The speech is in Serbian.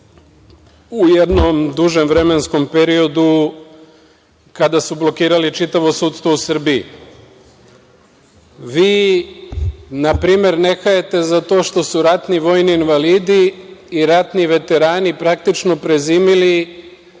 u jednom dužem vremenskom periodu kada su blokirali čitavo sudstvo u Srbiji. Vi, na primer, ne hajete za to što su ratni vojni invalidi i ratni veterani, praktično, prezimili,